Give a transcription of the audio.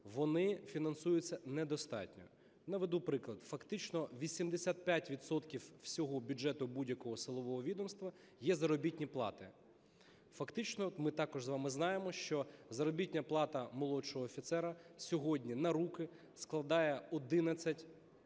вони фінансуються недостатньо. Наведу приклад. Фактично 85 відсотків всього бюджету будь-якого силового відомства є заробітні плати. Фактично ми також з вами знаємо, що заробітна плата молодшого офіцера сьогодні на руки складає 11-12